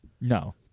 No